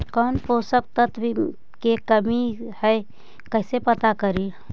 कौन पोषक तत्ब के कमी है कैसे पता करि?